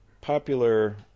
popular